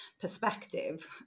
perspective